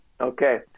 okay